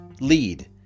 lead